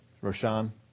Roshan